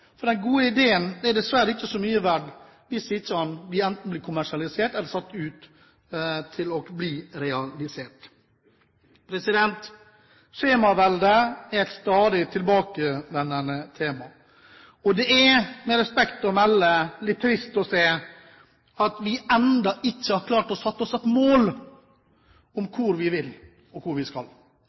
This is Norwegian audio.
For de gode ideene er dessverre ikke så mye verdt hvis de ikke blir kommersialisert eller realisert. Skjemaveldet er et stadig tilbakevendende tema. Det er, med respekt å melde, litt trist å se at vi ennå ikke har klart å sette oss et mål om hvor vi vil, og hvor vi skal.